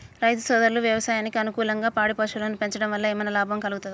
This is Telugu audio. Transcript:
రైతు సోదరులు వ్యవసాయానికి అనుకూలంగా పాడి పశువులను పెంచడం వల్ల ఏమన్నా లాభం కలుగుతదా?